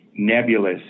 nebulous